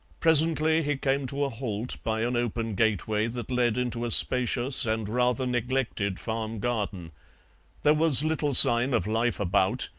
presently he came to a halt by an open gateway that led into a spacious and rather neglected farm-garden there was little sign of life about,